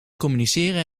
communiceren